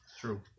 True